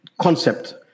concept